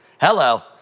Hello